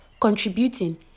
contributing